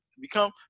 become